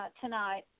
tonight